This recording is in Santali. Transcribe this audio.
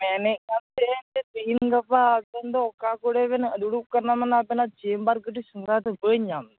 ᱢᱮᱱᱮᱜ ᱠᱟᱱ ᱛᱟᱦᱮᱫ ᱟᱹᱧ ᱡᱮ ᱛᱮᱦᱮᱧ ᱜᱟᱯᱟ ᱟᱵᱤᱱ ᱫᱚ ᱚᱠᱟ ᱠᱚᱨᱮ ᱵᱮᱱᱟ ᱫᱩᱲᱩᱵ ᱠᱟᱱᱟ ᱢᱟᱱᱮ ᱟᱵᱮᱱᱟᱜ ᱪᱮᱢᱵᱟᱨ ᱠᱟᱹᱴᱤᱡ ᱥᱮᱫᱽᱨᱟ ᱛᱮ ᱵᱟᱹᱧ ᱧᱟᱢ ᱮᱫᱟ